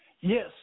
Yes